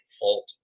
fault